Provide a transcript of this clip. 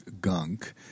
gunk